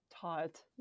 Taught